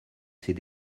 ses